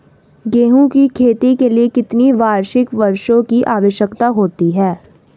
गेहूँ की खेती के लिए कितनी वार्षिक वर्षा की आवश्यकता होती है?